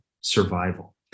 survival